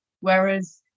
Whereas